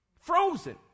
Frozen